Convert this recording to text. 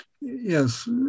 Yes